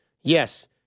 yes